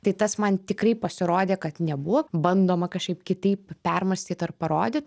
tai tas man tikrai pasirodė kad nebuvo bandoma kažkaip kitaip permąstyt ar parodyt